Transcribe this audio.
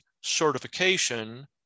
certification